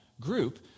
group